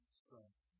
strength